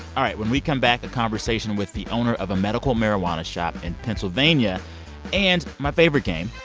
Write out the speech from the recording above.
all right. when we come back, a conversation with the owner of a medical marijuana shop in pennsylvania and my favorite game,